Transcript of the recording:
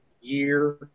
year